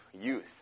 youth